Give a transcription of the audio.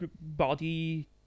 body